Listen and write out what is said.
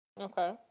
Okay